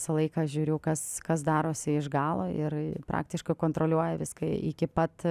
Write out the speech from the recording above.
visą laiką žiūriu kas kas darosi iš galo ir praktiškai kontroliuoju viską iki pat